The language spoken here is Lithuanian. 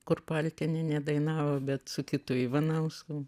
kur paltinienė dainavo bet su kitu ivanausku